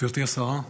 גברתי השרה,